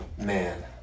Man